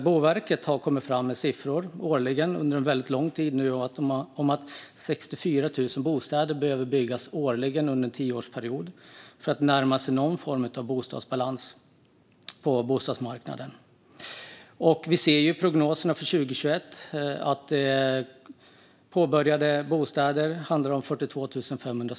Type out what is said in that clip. Boverket har under en väldigt lång tid kommit med siffror om att 64 000 bostäder behöver byggas årligen under en tioårsperiod för att man ska närma sig någon form av balans på bostadsmarknaden. Vi ser i prognoserna för 2021 att antalet påbörjade bostäder är 42 500.